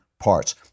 parts